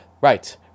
right